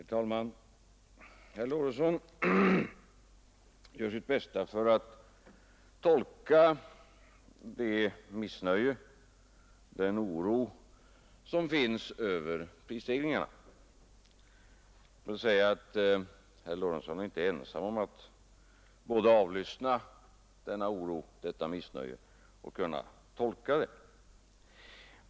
Herr talman! Herr Lorentzon gör sitt bästa för att tolka det missnöje och den oro som finns över prisstegringarna. Låt mig säga att herr Lorentzon inte är ensam om att vare sig avlyssna eller tolka denna oro och detta missnöje.